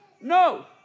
No